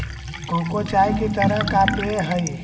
cocoa चाय की तरह का पेय हई